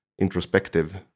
introspective